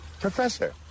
professor